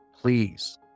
Please